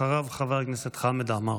אחריו, חבר הכנסת חמד עמאר.